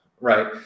right